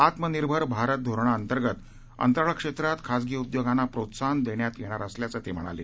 आत्मनिर्भर भारत धोरणाअंतर्गत अंतराळ क्षेत्रात खाजगी उद्योगांना प्रोत्साहन देण्यात येणार असल्याचं ते म्हणाले